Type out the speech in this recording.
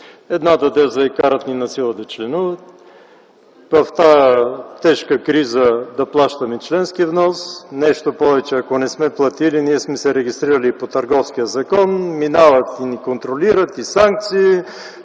Едната теза е: „Карат ни насила да членуваме, в тази тежка криза да плащаме членски внос. Нещо повече – ако не сме платили, нали сме се регистрирали по Търговския закон?! Минават и ни контролират, санкции,